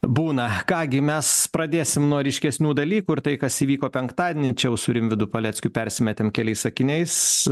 būna ką gi mes pradėsim nuo ryškesnių dalykų ir tai kas įvyko penktadienį čia jau su rimvydu paleckiu persimetėm keliais sakiniais